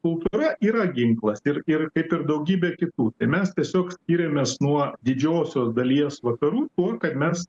kultūra yra ginklas ir ir kaip ir daugybė kitų mes tiesiog skiriamės nuo didžiosios dalies vakarų tuo kad mes